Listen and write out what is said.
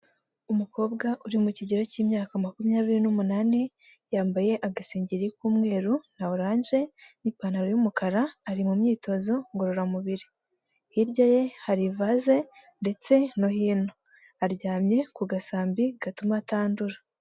Umukobwa uri mu kigero cy'imyaka makumyabiri n'umunani, yambaye agasengeri k'umweru na oranje n'ipantaro y'umukara ari mu myitozo ngororamubiri, hirya ye hari ivaze ndetse no hino aryamye ku gasambi gatuma atandura.